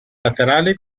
laterali